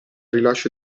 rilascio